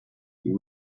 you